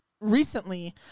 recently